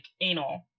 anal